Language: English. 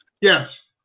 Yes